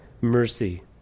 mercy